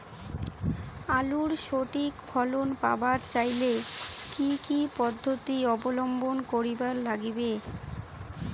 আলুর সঠিক ফলন পাবার চাইলে কি কি পদ্ধতি অবলম্বন করিবার লাগবে?